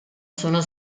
sono